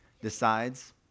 decides